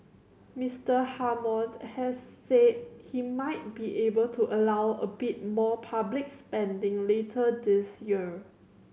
Mister Hammond has said he might be able to allow a bit more public spending later this year